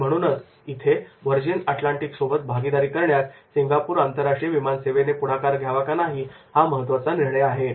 आणि म्हणूनच इथे व्हर्जिन अटलांटिक सोबत भागीदारी करण्यात सिंगापूर आंतरराष्ट्रीय विमान सेवेने पुढाकार घ्यावा का नाही हा महत्त्वाचा निर्णय आहे